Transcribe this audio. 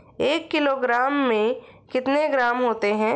एक किलोग्राम में कितने ग्राम होते हैं?